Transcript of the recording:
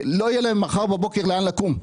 לא יהיה לכם מחר בבוקר לאן לקום.